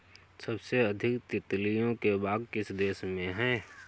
सबसे अधिक तितलियों के बाग किस देश में हैं?